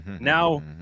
Now